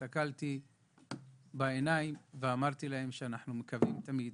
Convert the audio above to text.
והסתכלתי להם בעיניים ואמרתי להם שאנחנו מקווים תמיד